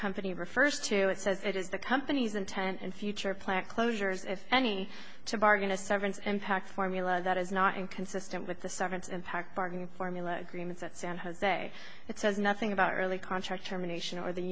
company refers to it says it is the company's intent and future plant closures if any to bargain a severance impacts formula that is not inconsistent with the severance impact parking formula agreements at san jose it says nothing about early contract terminations or the